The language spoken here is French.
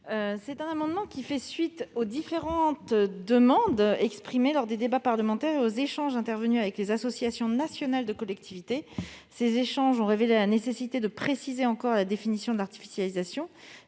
cet amendement ; il s'agit de donner suite aux différentes demandes exprimées lors des débats parlementaires et aux échanges intervenus avec les associations nationales de collectivités. Ces échanges ont révélé la nécessité de préciser encore la définition de l'artificialisation